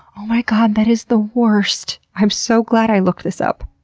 oh my god, that is the worst. i'm so glad i looked this up.